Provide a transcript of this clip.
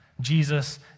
Jesus